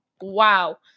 Wow